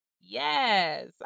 Yes